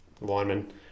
lineman